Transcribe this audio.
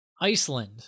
iceland